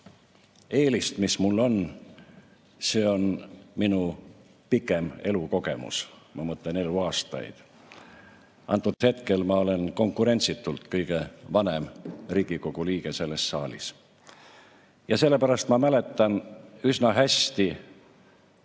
eelist, mis mul on. See on minu pikem elukogemus, ma mõtlen eluaastaid. Antud hetkel ma olen konkurentsitult kõige vanem Riigikogu liige selles saalis. Ja sellepärast ma mäletan üsna hästi